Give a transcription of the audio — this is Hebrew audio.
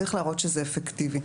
צריך להראות שזה אפקטיבי,